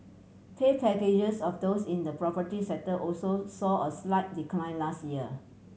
pay packages of those in the property sector also saw a slight decline last year